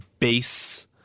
base